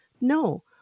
No